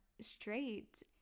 straight